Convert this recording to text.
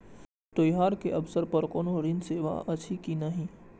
त्योहार के अवसर पर कोनो तरहक ऋण सेवा अछि कि नहिं?